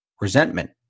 resentment